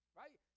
right